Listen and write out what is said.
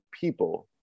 people